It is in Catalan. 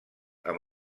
amb